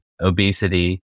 obesity